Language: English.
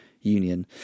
Union